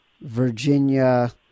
Virginia